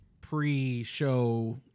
pre-show